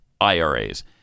IRAs